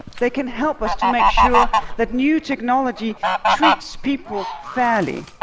they can help us to make sure that new technology treats people fairly